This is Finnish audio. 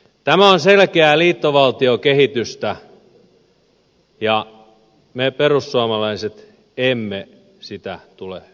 tämä on selkeää liittovaltiokehitystä ja me perussuomalaiset emme sitä tule hyväksymään